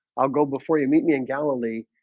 i'll go before you meet me in galilee.